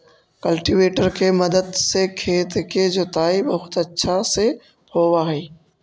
cultivator के मदद से खेत के जोताई बहुत अच्छा से होवऽ हई